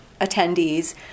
attendees